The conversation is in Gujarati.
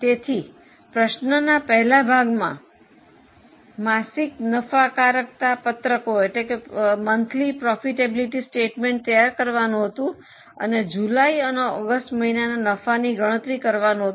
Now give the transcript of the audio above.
તેથી પ્રશ્નના પહેલા ભાગમાં માસિક નફાકારકતા પત્રકો તૈયાર કરવાનું હતું અને જુલાઈ અને ઓગસ્ટ મહિનાના નફાની ગણતરી કરવાનું હતું